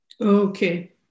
Okay